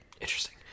Interesting